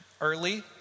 early